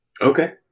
Okay